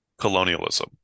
colonialism